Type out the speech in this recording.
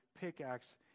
pickaxe